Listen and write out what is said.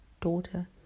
daughter